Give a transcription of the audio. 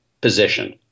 position